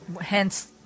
Hence